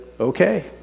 okay